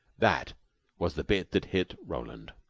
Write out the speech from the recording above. that was the bit that hit roland.